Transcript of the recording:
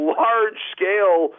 large-scale